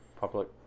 public